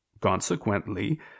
Consequently